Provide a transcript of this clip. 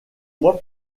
mois